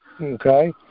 Okay